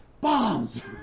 bombs